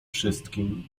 wszystkim